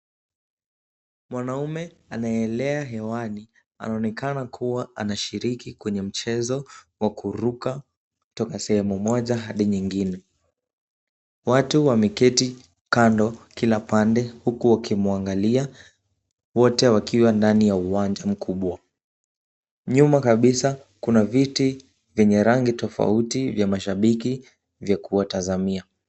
Mwanaume anaelea angani, anaonekana kuwa anashiriki kwenye mchezo wa kuruka kutoka sehemu moja hadi nyingine. Watu wameketi kando kila pande huku wakimwangalia wote wakiwa katika uwanja mkubwa. Nyuma kabisa kuna viti vyenye rangi tofauti vya mashabiki vya kuwatazamia.